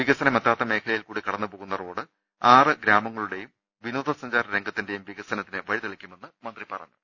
വിക സനമെത്താത്ത മേഖലയിൽക്കൂടി കടന്നുപോകുന്ന റോഡ് ആറ് ഗ്രാമ ങ്ങളുടെയും വിനോദസഞ്ചാരരംഗത്തിന്റെയും വികസനത്തിന് വഴിതെ ളിക്കുമെന്ന് മന്ത്രി പറഞ്ഞു